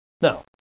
No